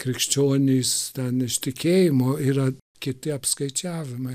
krikščionys ten iš tikėjimo yra kiti apskaičiavimai